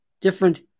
different